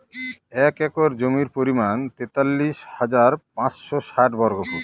এক একর জমির পরিমাণ তেতাল্লিশ হাজার পাঁচশ ষাট বর্গফুট